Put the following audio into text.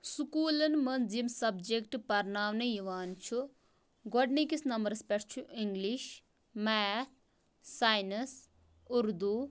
سکوٗلَن منٛز یِم سَبجَکٹ پَرناونہٕ یِوان چھُ گۄڈٕنِکِس نمبرَس پٮ۪ٹھ چھُ اِنٛگلِش میتھ ساینَس اُردوٗ